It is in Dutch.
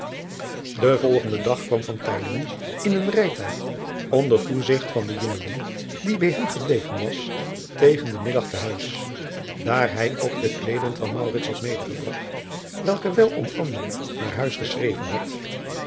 en volgenden dag kwam in een rijtuig onder toezigt van den jongeling die bij hem gebleven was tegen den middag te huis aar hij ook de kleederen van had medegebragt welke wel om andere naar huis geschreven had